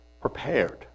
prepared